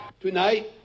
Tonight